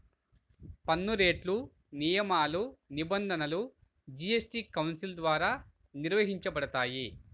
పన్నురేట్లు, నియమాలు, నిబంధనలు జీఎస్టీ కౌన్సిల్ ద్వారా నిర్వహించబడతాయి